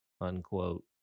unquote